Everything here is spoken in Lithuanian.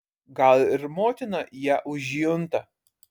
gal ir motina ją užjunta